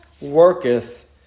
worketh